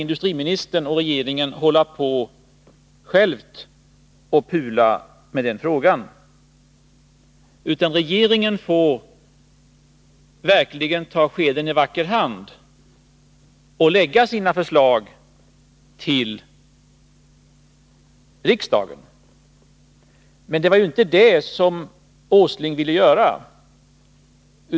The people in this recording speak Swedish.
Industriministern och regeringen kan således inte själva hålla på att ”pula” med den frågan, utan regeringen får verkligen ta skeden i vacker hand och först lägga fram sina förslag inför riksdagen. Men det ville industriminister Åsling inte göra.